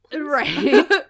Right